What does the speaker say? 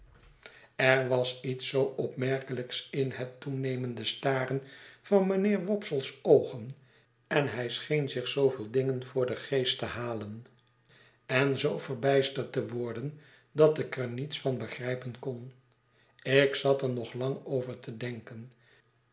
er was iets zoo oprnerkelijks in het toenemende staren van mijnheer wopsle's oogen en hij scheen zich zoovele dingen voor den geest te halen en zoo verbijsterd te worden dat ik er niets van begrijpen kon ik zat er nog lang over te denken